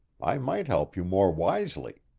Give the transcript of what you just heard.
i might help you more wisely.